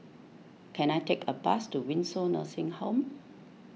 can I take a bus to Windsor Nursing Home